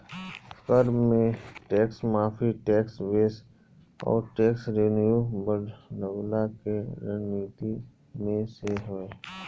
कर में टेक्स माफ़ी, टेक्स बेस अउरी टेक्स रेवन्यू बढ़वला के रणनीति में से हवे